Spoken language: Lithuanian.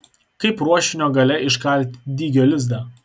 kaip ruošinio gale iškalti dygio lizdą